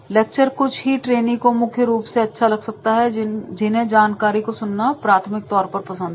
lecture कुछ ही trainee को मुख्य रूप से अच्छा लग सकता है जिन्हें जानकारी को सुनना प्राथमिक तौर पर पसंद हो